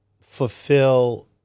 fulfill